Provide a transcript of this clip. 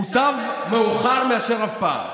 מוטב מאוחר מאשר אף פעם.